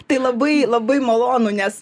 tai labai labai malonu nes